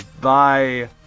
Bye